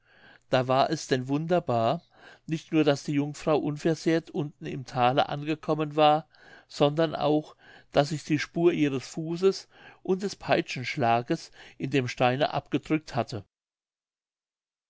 da war es denn wunderbar nicht nur daß die jungfrau unversehrt unten im thale angekommen war sondern auch daß sich die spur ihres fußes und des peitschenschlages in dem steine abgedrückt hatte